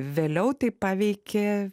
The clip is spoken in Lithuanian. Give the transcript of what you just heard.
vėliau tai paveikė